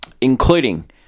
including